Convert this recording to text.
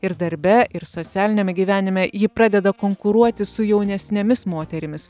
ir darbe ir socialiniame gyvenime ji pradeda konkuruoti su jaunesnėmis moterimis